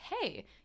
hey